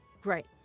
Great